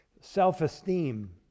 Self-esteem